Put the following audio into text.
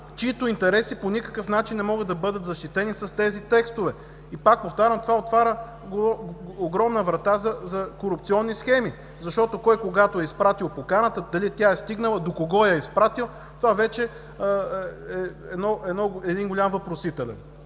чиито интереси по никакъв начин не могат да бъдат защитени с тези текстове. Пак повтарям: това отваря огромна врата за корупционни схеми, защото – кой, кога е изпратил поканата, дали тя е стигнала, до кого я е изпратил, това вече е един голям въпросителен.